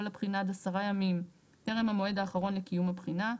לבחינה עד עשרה ימים טרם המועד האחרון לקיום הבחינה,